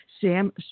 Sam